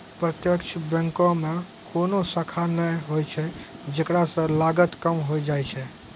प्रत्यक्ष बैंको मे कोनो शाखा नै होय छै जेकरा से लागत कम होय जाय छै